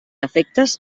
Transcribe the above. efectes